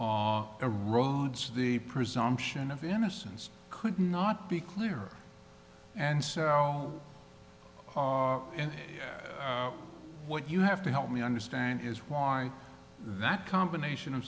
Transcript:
it erodes the presumption of innocence could not be clearer and so and what you have to help me understand is why that combination of